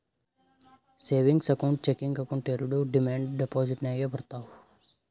savings account, checking account ಎರೆಡು demand deposit ನಾಗೆ ಬರ್ತಾವ್